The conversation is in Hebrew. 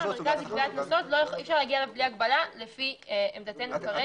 זאת לפי עמדתנו כרגע.